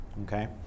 okay